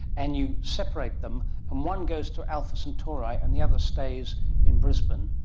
and you separate them, and one goes to alpha centauri and the other stays in brisbane.